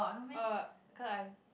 uh cause I'm